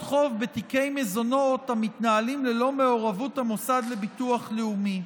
חוב בתיקי מזונות המתנהלים ללא מעורבות המוסד לביטוח לאומי.